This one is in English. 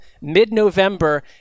mid-November